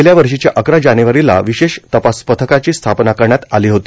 गेल्या वर्षीच्या अकरा जानेवारीला विशेष तपास पथकाची स्थापना करण्यात आली होती